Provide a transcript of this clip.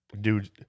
dude